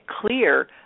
clear